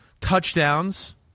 touchdowns